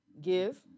give